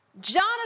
Jonathan